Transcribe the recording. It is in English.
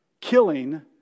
killing